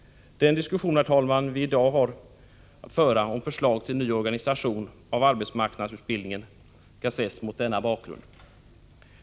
Herr talman! Den diskussion vi i dag har att föra om förslag till ny organisation av arbetsmarknadsutbildningen skall ses mot denna bakgrund.